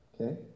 Okay